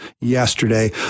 yesterday